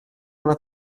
una